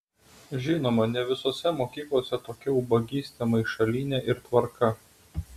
žinoma ne visose mokyklose tokia ubagystė maišalynė ir tvarka